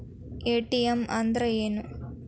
ATM ಅಂದ್ರ ಏನು?